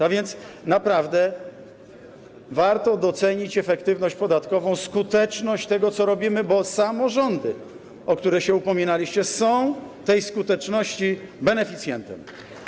A więc naprawdę warto docenić efektywność podatkową, skuteczność tego, co robimy, bo samorządy, o które się upominaliście, są tej skuteczności beneficjentem.